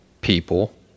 people